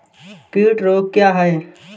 कीट रोग क्या है?